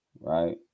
right